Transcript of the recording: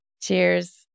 cheers